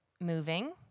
moving